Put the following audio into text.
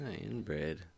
inbred